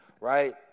right